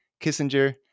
Kissinger